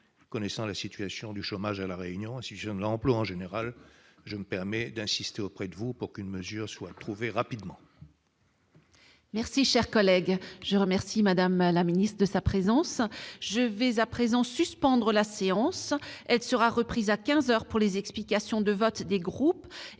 Connaissant la situation du chômage, et de l'emploi en général, à La Réunion, je me permets d'insister auprès de vous pour qu'une mesure soit trouvée rapidement.